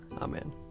Amen